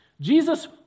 Jesus